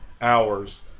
hours